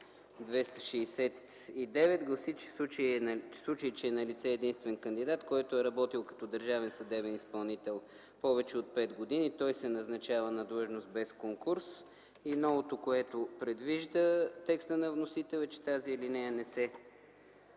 269 гласи, че в случай, че е налице единствен кандидат, който е работил като държавен съдебен изпълнител повече от 5 години, той се назначава на длъжност без конкурс. Новото, което предвижда текстът на вносителя е, че тази алинея не се